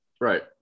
Right